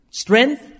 strength